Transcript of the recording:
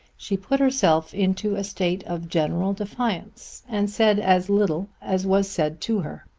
she put herself into a state of general defiance and said as little as was said to her.